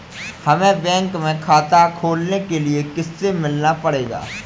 हमे बैंक में खाता खोलने के लिए किससे मिलना पड़ेगा?